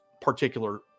particular